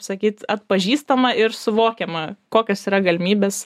sakyt atpažįstama ir suvokiama kokios yra galimybės